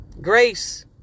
grace